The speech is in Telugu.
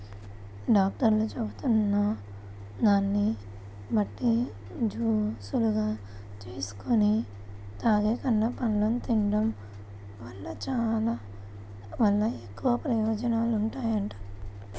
డాక్టర్లు చెబుతున్న దాన్ని బట్టి జూసులుగా జేసుకొని తాగేకన్నా, పండ్లను తిన్డం వల్ల ఎక్కువ ప్రయోజనాలుంటాయంట